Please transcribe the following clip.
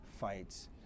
fights